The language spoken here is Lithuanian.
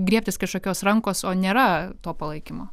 griebtis kažkokios rankos o nėra to palaikymo